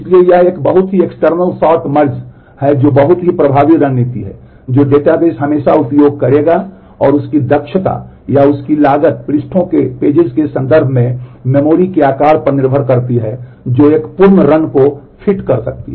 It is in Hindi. इसलिए यह एक बहुत ही एक्सटर्नल सॉर्ट मर्ज है जो एक बहुत ही प्रभावी रणनीति है जो डेटाबेस हमेशा उपयोग करेगा और उस की दक्षता या उसकी लागत पृष्ठों के संदर्भ में मेमोरी के आकार पर निर्भर करती है जो एक पूर्ण रन को फिट कर सकती है